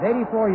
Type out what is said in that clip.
84